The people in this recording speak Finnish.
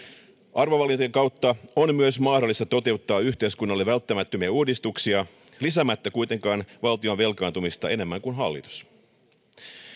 arvovalintojen kautta on myös mahdollista toteuttaa yhteiskunnalle välttämättömiä uudistuksia lisäämättä kuitenkaan valtion velkaantumista enemmän kuin hallitus